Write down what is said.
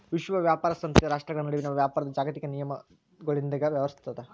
ವಿಶ್ವ ವ್ಯಾಪಾರ ಸಂಸ್ಥೆ ರಾಷ್ಟ್ರ್ಗಳ ನಡುವಿನ ವ್ಯಾಪಾರದ್ ಜಾಗತಿಕ ನಿಯಮಗಳೊಂದಿಗ ವ್ಯವಹರಿಸುತ್ತದ